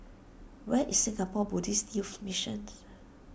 where is Singapore Buddhist Youth Missions